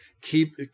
keep